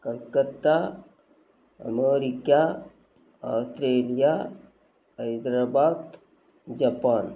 Calcutta America Australia Hyderabad Japan